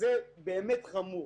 שזה באמת חמור